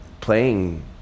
playing